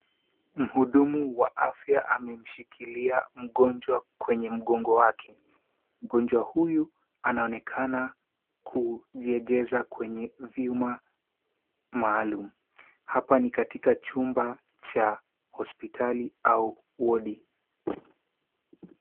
Mhudumu wa afya amemshkilia mgonjwa kwenye mgongo wake, mgonjwa huyu anaonekana kujiegeza kwenye vyuma maalum. Hapa nikatika chumba cha hospitali au wodi.